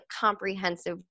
comprehensive